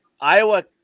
Iowa